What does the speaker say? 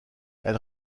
elle